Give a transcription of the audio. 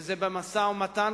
וזה במשא-ומתן,